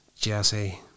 Jesse